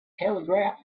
telegraph